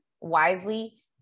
wisely